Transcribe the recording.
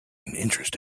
interest